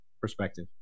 perspective